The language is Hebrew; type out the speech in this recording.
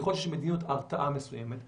ככל שמדיניות הרתעה מסוימת -- לא,